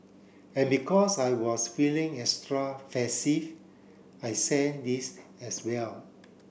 and because I was feeling extra I sent this as well